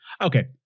okay